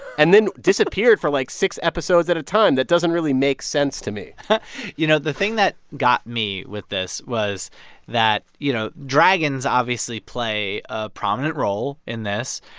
and then disappeared for, like, six episodes at a time. that doesn't really make sense to me you know, the thing that got me with this was that, you know, dragons obviously play a prominent role in this.